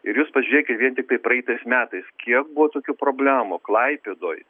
ir jūs pažėkit vien tiktai praeitais metais kiek buvo tokių problemų klaipėdoj